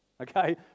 okay